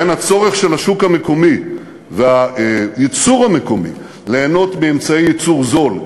בין הצורך של השוק המקומי והייצור המקומי ליהנות מאמצעי ייצור זול,